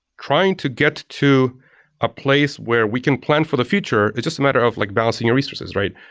trying to get to a place where we can plan for the future, it's just a matter of like bouncing your resources, right?